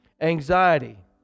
Anxiety